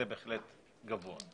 זה בהחלט גבוה.